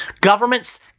Governments